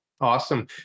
awesome